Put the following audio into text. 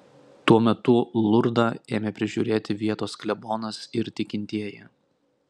tuo metu lurdą ėmė prižiūrėti vietos klebonas ir tikintieji